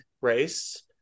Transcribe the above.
race